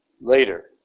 later